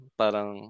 parang